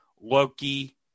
Loki